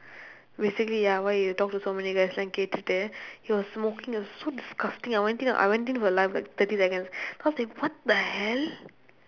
basically ya why you talk to so many guys எல்லாம் கேட்டுட்டு:ellaam keetdutdu he was smoking it was so disgusting I went in I went in the live like thirty seconds cause like what the hell